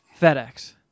FedEx